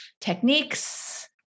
techniques